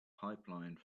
pipeline